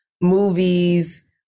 movies